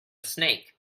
snake